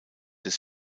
des